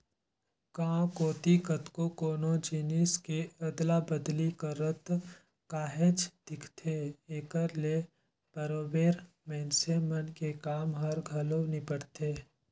गाँव कोती कतको कोनो जिनिस के अदला बदली करत काहेच दिखथे, एकर ले बरोबेर मइनसे मन के काम हर घलो निपटथे